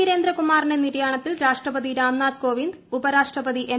വീരേന്ദ്രകുമാറിന്റെ നിര്യാണത്തിൽ രാഷ്ട്രപതി രാംനാഥ് കോവിന്ദ് ഉപരാഷ്ട്രപതി എം